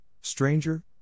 stranger